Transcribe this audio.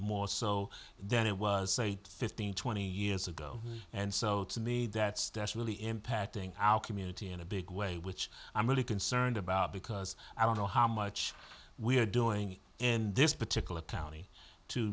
more so than it was say fifteen twenty years ago and so to me that stache really impacting our community in a big way which i'm really concerned about because i don't know how much we are doing and this particular townie to